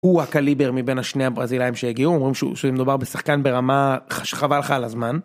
הוא הקליבר מבין השני הברזילאים שהגיעו אומרים שהוא מדובר בשחקן ברמה שחבל לך על הזמן.